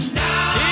now